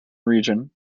region